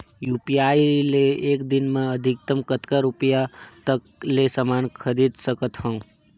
UPI ले एक दिन म अधिकतम कतका रुपिया तक ले समान खरीद सकत हवं?